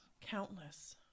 Countless